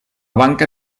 banca